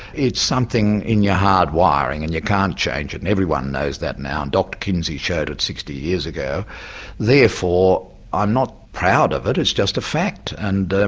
it's something in your hard-wiring and you can't change it, and everyone knows that now dr kinsey showed it sixty years ago therefore i'm not proud of it, it's just a fact. and